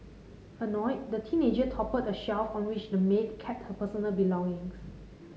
annoyed the teenager toppled a shelf on which the maid kept her personal belongings